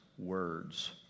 words